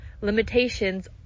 limitations